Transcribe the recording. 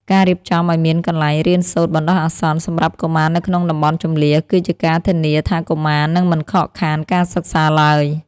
ការរៀបចំឱ្យមានកន្លែងរៀនសូត្របណ្តោះអាសន្នសម្រាប់កុមារនៅក្នុងតំបន់ជម្លៀស គឺជាការធានាថាកុមារនឹងមិនខកខានការសិក្សាឡើយ។